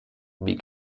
wie